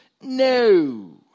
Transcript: No